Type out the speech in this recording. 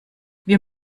wir